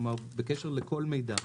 כלומר, בקשר לכל מידע.